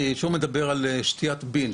כשהוא מדבר על שתיית הילולה,